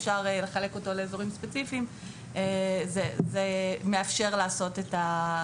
אפשר לחלק אותו לאזורים ספציפיים וזה מאפשר לעשות את הדבר.